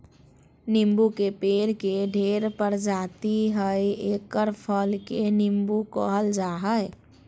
नीबू के पेड़ के ढेर प्रजाति हइ एकर फल के नीबू कहल जा हइ